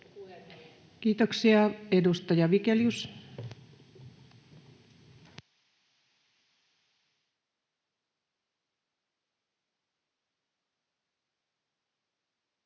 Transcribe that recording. Kiitoksia. — Edustaja Vigelius.